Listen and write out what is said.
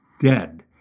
dead